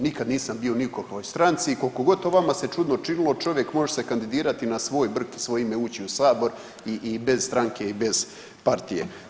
Nikad nisam bio ni u kakvoj stranci i koliko god to vama se čudno činili čovjek može se kandidirati na svoj brk i svoje ime uči u sabor i bez stranke i bez partije.